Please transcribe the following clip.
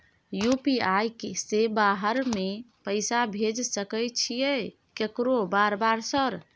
UPI से बाहर में पैसा भेज सकय छीयै केकरो बार बार सर?